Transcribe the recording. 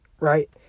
right